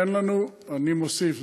אני מוסיף,